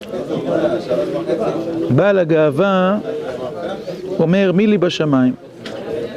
בעל הגאווה אומר מי לי בשמיים